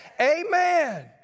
Amen